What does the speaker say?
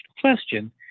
Question